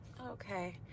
Okay